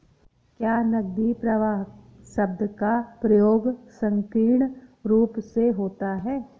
क्या नकदी प्रवाह शब्द का प्रयोग संकीर्ण रूप से होता है?